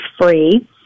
free